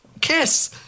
kiss